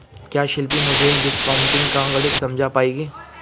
क्या शिल्पी मुझे डिस्काउंटिंग का गणित समझा पाएगी?